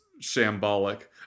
shambolic